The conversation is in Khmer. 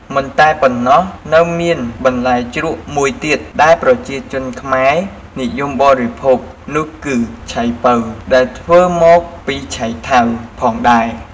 មិនតែប៉ុណ្ណោះនៅមានបន្លែជ្រក់មួយទៀតដែលប្រជាជនខ្មែរនិយមបរិភោគនោះគឺ ឆៃប៉ូវ ដែលធ្វេីមកពីឆៃថាវផងដែរ។